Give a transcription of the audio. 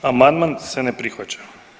Amandman se ne prihvaća.